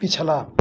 पिछला